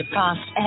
past